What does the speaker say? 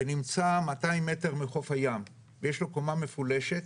ונמצא מאתיים מטר מחוף הים, ויש לו קומה מפולשת,